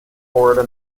florida